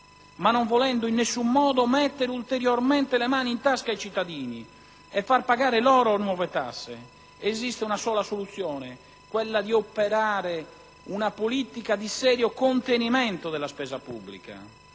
ma non volendo in nessun modo mettere ulteriormente le mani in tasca ai cittadini e far pagare loro nuove tasse, esiste una sola soluzione: quella di operare un politica di serio contenimento della spesa pubblica.